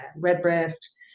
Redbreast